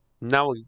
now